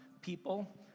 people